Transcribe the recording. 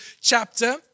chapter